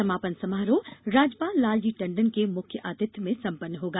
समापन समारोह राज्यपाल लालजी टंडन के मुख्य आतिथ्य में संपन्न होगा